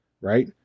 Right